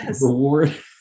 reward